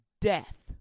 death